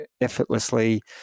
effortlessly